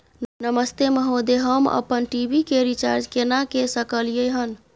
नमस्ते महोदय, हम अपन टी.वी के रिचार्ज केना के सकलियै हन?